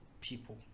people